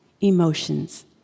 emotions